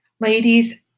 Ladies